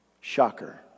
Shocker